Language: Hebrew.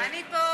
אני פה.